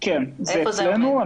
כן, זה אצלנו.